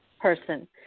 person